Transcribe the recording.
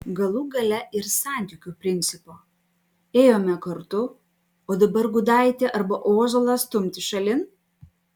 galų gale ir santykių principo ėjome kartu o dabar gudaitį arba ozolą stumti šalin